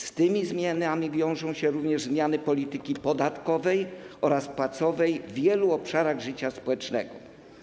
Z tymi zmianami wiążą się również zmiany dotyczące polityki podatkowej oraz płacowej w wielu obszarach życia społecznego.